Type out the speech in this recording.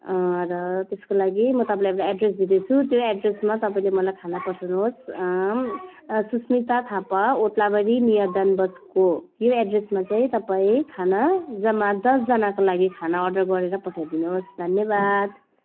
र त्यसको लागि म तपाईँलाई एउटा एड्रेस दिँदैछु त्यो एड्रेसमा तपाईँले मलाई खाना पठाउनुहोस् Susmita Thapa Odlabari near Don Bosco यो एड्रेसमा चाहिँ तपाईँ खाना जम्मा दसजनाको लागि खाना अर्डर गरेर पठाइदिनु होस् धन्यवाद